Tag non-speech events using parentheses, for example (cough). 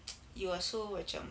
(noise) you're so macam